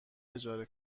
اجاره